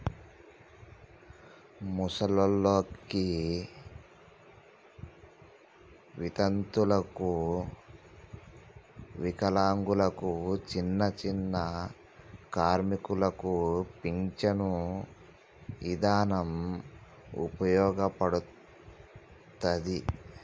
ముసలోల్లకి, వితంతువులకు, వికలాంగులకు, చిన్నచిన్న కార్మికులకు పించను ఇదానం ఉపయోగపడతది